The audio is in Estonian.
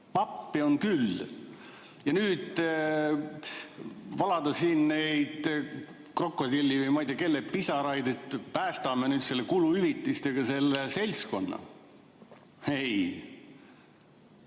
Pappi on küll. Ja nüüd valada siin neid krokodilli- või ma ei tea, kelle pisaraid, et päästame kuluhüvitistega selle seltskonna. Ei!